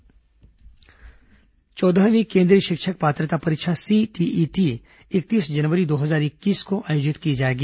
CTET परीक्षा चौदहवीं केंद्रीय शिक्षक पात्रता परीक्षा सीटीईटी इकतीस जनवरी दो हजार इक्कीस को आयोजित की जाएगी